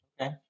Okay